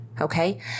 Okay